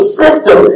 system